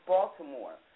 Baltimore